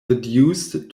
reduced